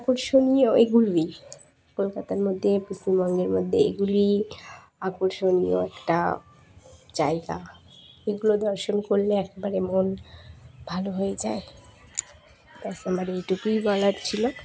আকর্ষণীয় এগুলোই কলকাতার মধ্যে পশ্চিমবঙ্গের মধ্যে এগুলোই আকর্ষণীয় একটা জায়গা এগুলো দর্শন করলে একবারে মন ভালো হয়ে যায় ব্যস আমার এইটুকুই বলার ছিলো